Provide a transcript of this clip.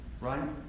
Right